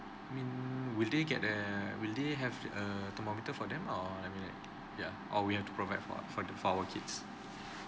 mean will they get the will they have a thermometer for them or I mean like ya or we have to provide for for for our kids